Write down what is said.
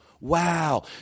wow